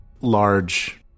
large